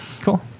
Cool